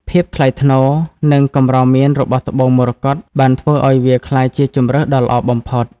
ភាពថ្លៃថ្នូរ និងកម្រមានរបស់ត្បូងមរកតបានធ្វើឱ្យវាក្លាយជាជម្រើសដ៏ល្អបំផុត។